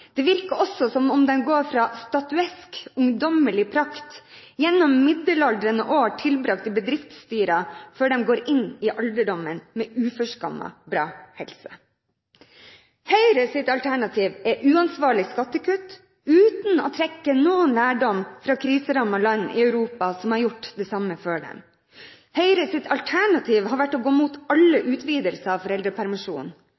det virker også som om de går fra «statuesk, ungdommelig prakt» gjennom middelaldrende år tilbragt i bedriftsstyrer, før de går inn i alderdommen med uforskammet bra helse. Høyres alternativ er uansvarlige skattekutt, uten å trekke noen lærdom fra kriserammede land i Europa som har gjort det samme før dem. Høyres alternativ har vært å gå mot